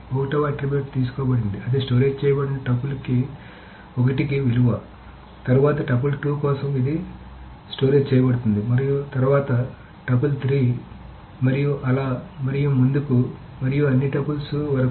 1 వ ఆట్రిబ్యూట్ తీసుకోబడింది అది స్టోరేజ్ చేయబడిన టూపుల్ 1 కి విలువ తరువాత టపుల్ 2 కోసం ఇది స్టోరేజ్ చేయబడుతుంది తరువాత టపుల్ 3 మరియు అలా మరియు ముందుకు మరియు అన్ని టపుల్స్ వరకు